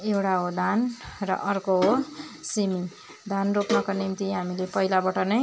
एउटा हो धान र अर्को हो सिमी धान रोप्नका निम्ति हामीले पहिलाबाट नै